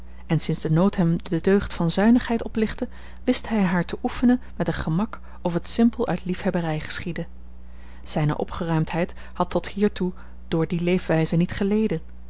en sinds de nood hem de deugd van zuinigheid oplegde wist hij haar te oefenen met een gemak of het simpel uit liefhebberij geschiedde zijne opgeruimdheid had tot hiertoe door die leefwijze niet geleden